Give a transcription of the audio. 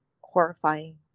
horrifying